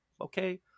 Okay